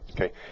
Okay